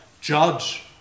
judge